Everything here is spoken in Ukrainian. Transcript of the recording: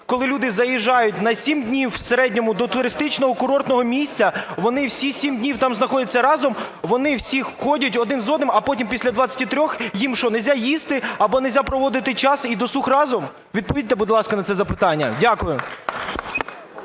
коли люди заїжджають на сім днів в середньому до туристичного курортного місця, вони всі сім днів знаходяться разом, вони всі ходять один з одним, а потім після 23-х їм що, неможна їсти або неможна проводити час і досуг разом? Відповідьте, будь ласка, на це запитання. Дякую.